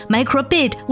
Microbit